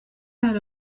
hari